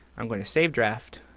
i'm going to save draft,